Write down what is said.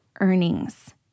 earnings